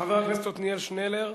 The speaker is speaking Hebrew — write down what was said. חבר הכנסת עתניאל שנלר.